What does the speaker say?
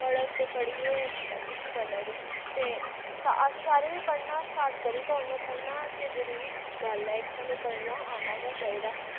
पढ़ग ते पढ़ियै कुछ बनग ते अस सारे बी पढ़ना स्टार्ट करी गै ओड़ने पढ़ना ते जरूरी गल्ल ऐ इक सानूं पढ़ना औना गै चाहिदा